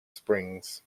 springs